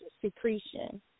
secretion